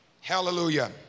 Hallelujah